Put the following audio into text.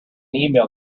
email